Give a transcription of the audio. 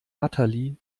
natalie